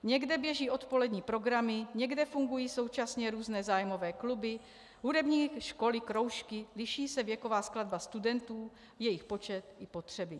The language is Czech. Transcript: Někde běží odpolední programy, někde fungují současně různé zájmové kluby, hudební školy, kroužky, liší se věková skladba studentů, jejich počet i potřeby.